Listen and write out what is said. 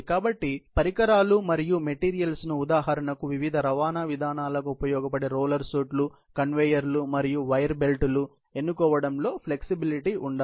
కాబట్టి పరికరాలు మరియు మెటీరియల్స్ ను ఉదాహరణకు వివిధ రవాణా విధానాలకు ఉపయోగపడే రోలర్ షూట్లు కన్వేయర్లు మరియు వైర్ బెల్టులు ఎన్నుకోవడంలో ఫ్లెక్సీబిలిటీ ఉండాలి